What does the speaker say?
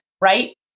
right